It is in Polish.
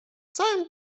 całym